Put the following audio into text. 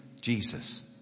Jesus